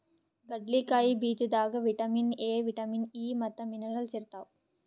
ಕಡ್ಲಿಕಾಯಿ ಬೀಜದಾಗ್ vitamin A, vitamin E ಮತ್ತ್ ಮಿನರಲ್ಸ್ ಇರ್ತವ್